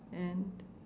and